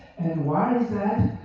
and why is that?